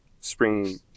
Spring